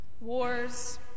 Wars